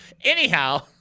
Anyhow